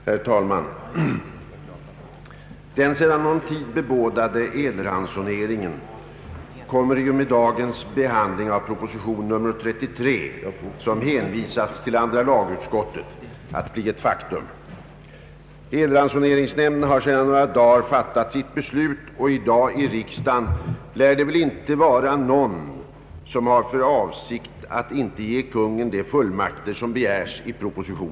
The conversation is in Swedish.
Herr talman! Den sedan någon tid bebådade elransoneringen kommer i och med dagens behandling av proposition nr 33, som hänvisats till andra lagutskottet, att bli ett faktum. Elransoneringsnämnden har för några dagar sedan fattat sitt beslut, och i dag i riksdagen lär det inte vara någon som har för avsikt att inte ge Kungl. Maj:t de fullmakter som begärs i propositionen.